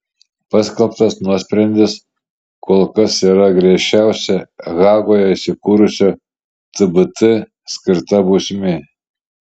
paskelbtas nuosprendis kol kas yra griežčiausia hagoje įsikūrusio tbt skirta bausmė